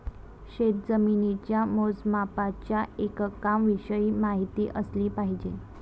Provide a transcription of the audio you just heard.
शेतजमिनीच्या मोजमापाच्या एककांविषयी माहिती असली पाहिजे